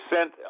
sent